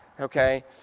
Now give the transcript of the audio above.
Okay